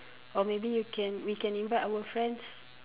or maybe you can we can invite our friends